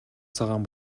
цагаан